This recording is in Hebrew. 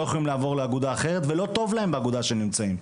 יכולים לעבור לאגודה אחרת ולא טוב להם באגודה שהם נמצאים,